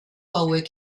hauek